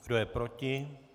Kdo je proti?